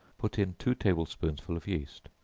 put in two table-spoonsful of yeast,